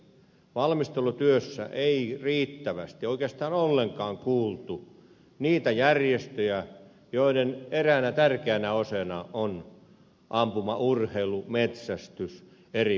valmistelutyössä ei riittävästi oikeastaan ollenkaan kuultu niitä järjestöjä joiden eräänä tärkeänä osana on ampumaurheilu ja metsästys eri muodoissaan